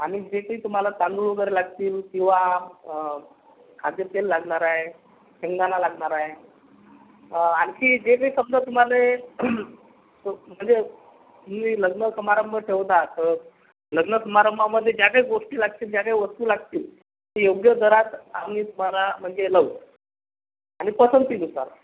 आणि जे काही तुम्हाला तांदुळ वगैरे लागतील किंवा खाद्यतेल लागणार आहे शेंगदाणा लागणार आहे आणखी जे काही समजा तुम्हाला म्हणजे तुमी लग्नसमारंभमध्ये ठेवतात तर लग्न समारंभात ज्या काही गोष्टी लागतील ज्या काही वस्तू लागतील ती योग्य दरात आम्ही तुम्हाला म्हणजे लावू आणि पसंतीनुसार